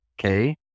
okay